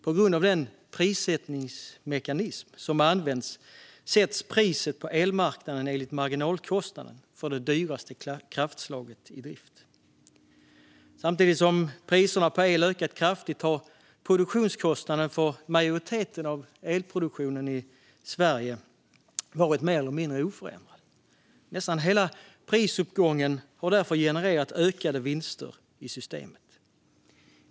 På grund av den prissättningsmekanism som används sätts priset på elmarknaden enligt marginalkostnaden för det dyraste kraftslaget i drift. Samtidigt som priserna på el har höjts kraftigt har produktionskostnaden för majoriteten av elproduktionen i Sverige varit mer eller mindre oförändrad. Nästan hela prisuppgången har därför genererat ökade vinster i systemet.